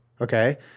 okay